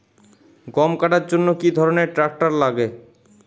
গম কাটার জন্য কি ধরনের ট্রাক্টার লাগে?